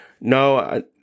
no